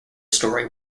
story